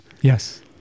Yes